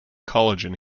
collagen